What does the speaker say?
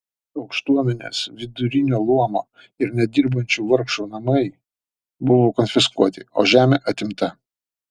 aukštuomenės vidurinio luomo ir net dirbančių vargšų namai buvo konfiskuoti o žemė atimta